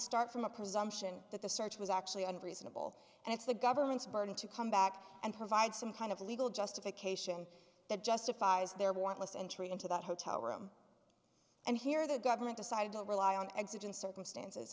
start from the presumption that the search was actually on reasonable and it's the government's burden to come back and provide some kind of legal justification that justifies their want list entry into that hotel room and here the government decided to rely on exiting circumstances